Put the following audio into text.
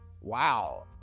Wow